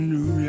New